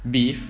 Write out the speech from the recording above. beef